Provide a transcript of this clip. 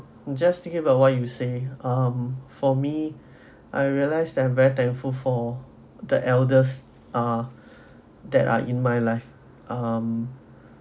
just thinking about what you say um for me I realized and very thankful for the elders ah that are in my life um